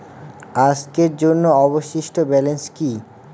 আজকের জন্য অবশিষ্ট ব্যালেন্স কি?